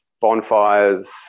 bonfires